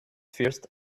first